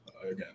Again